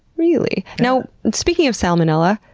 really? now speaking of salmonella,